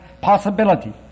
possibility